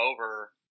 over